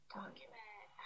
document